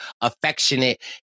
affectionate